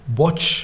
watch